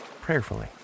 prayerfully